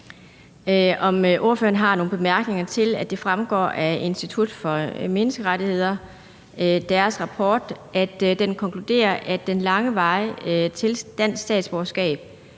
om ordføreren har nogle bemærkninger til, at det fremgår af Institut for Menneskerettigheders rapport, at den konkluderer, at den lange vej til et dansk statsborgerskab